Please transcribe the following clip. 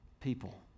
people